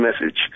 message